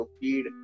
feed